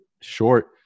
short